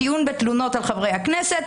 דיון בתלונות על חברי הכנסת,